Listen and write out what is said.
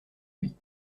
lui